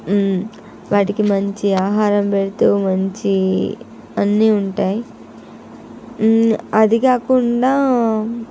వాటికి మంచి ఆహారం పెడుతూ మంచి అన్ని ఉంటాయి అది కాకుండా